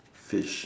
fish